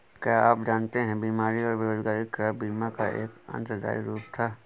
क्या आप जानते है बीमारी और बेरोजगारी के खिलाफ बीमा का एक अंशदायी रूप था?